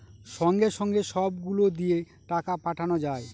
সঙ্গে সঙ্গে সব গুলো দিয়ে টাকা পাঠানো যায়